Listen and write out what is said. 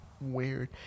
weird